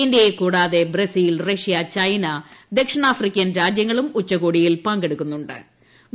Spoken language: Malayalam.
ഇന്ത്യയെകൂടാതെ ബ്രസീൽ റഷ്യ ചൈന ദക്ഷിണാഫ്രിക്കൻ രാജ്യങ്ങളും ഉച്ചകോടിയിൽ പങ്കെടുക്കുന്നു ്